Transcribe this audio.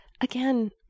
again